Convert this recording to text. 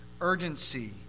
Urgency